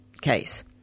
case